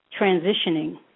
transitioning